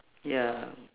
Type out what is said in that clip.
ya